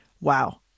wow